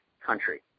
country